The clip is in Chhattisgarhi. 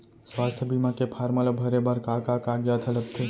स्वास्थ्य बीमा के फॉर्म ल भरे बर का का कागजात ह लगथे?